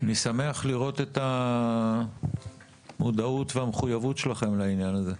אני שמח לראות את המודעות והמחויבות שלכם לעניין הזה.